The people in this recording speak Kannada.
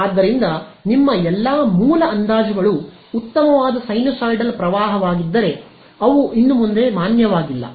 ಆದ್ದರಿಂದ ನಿಮ್ಮ ಎಲ್ಲಾ ಮೂಲ ಅಂದಾಜುಗಳು ಉತ್ತಮವಾದ ಸೈನುಸೈಡಲ್ ಪ್ರವಾಹವಾಗಿದ್ದರೆ ಅವು ಇನ್ನು ಮುಂದೆ ಮಾನ್ಯವಾಗಿಲ್ಲ